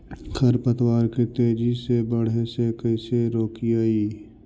खर पतवार के तेजी से बढ़े से कैसे रोकिअइ?